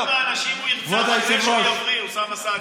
כמה אנשים הוא ירצח אחרי שהוא יבריא, אוסאמה סעדי?